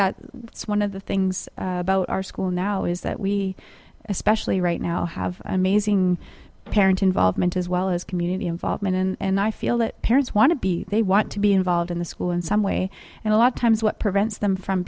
that it's one of the things about our school now is that we especially right now have amazing parent involvement as well as community involvement and i feel that parents want to be they want to be involved in the school in some way and a lot of times what prevents them from